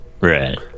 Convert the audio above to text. Right